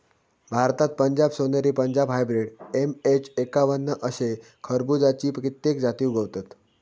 भारतात पंजाब सोनेरी, Punjab hybrid, MH एक्कावन्न अशे खरबुज्याची कित्येक जाती उगवतत